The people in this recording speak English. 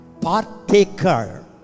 partaker